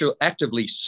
actively